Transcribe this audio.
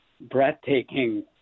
breathtaking